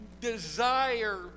desire